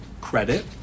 credit